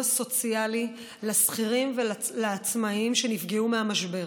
סוציאלי לשכירים ולעצמאים שנפגעו במשבר